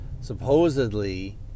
Supposedly